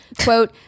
quote